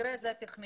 במקרה הזה הטכניון,